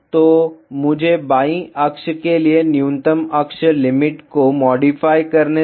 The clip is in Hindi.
तो मुझे बाईं अक्ष के लिए न्यूनतम अक्ष लिमिट को मॉडिफाई करने दें